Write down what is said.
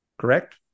Correct